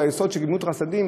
הוא היסוד של גמילות חסדים,